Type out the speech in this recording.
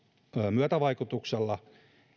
myötävaikutuksella